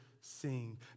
sing